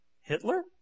Hitler